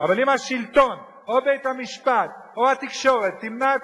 אבל אם השלטון או בית-המשפט או התקשורת ימנעו